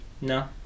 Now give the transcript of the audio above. No